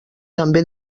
també